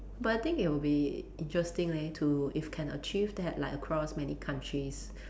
but I think it will be interesting leh to if can achieve that like across many countries